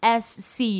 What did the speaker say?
SC